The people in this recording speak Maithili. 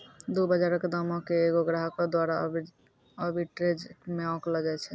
दु बजारो के दामो के एगो ग्राहको द्वारा आर्बिट्रेज मे आंकलो जाय छै